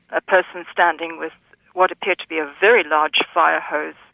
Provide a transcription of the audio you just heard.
a person standing with what appeared to be a very large firehose